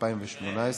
התשע"ח 2018,